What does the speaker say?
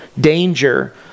danger